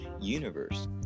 universe